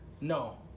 no